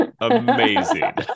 Amazing